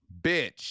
bitch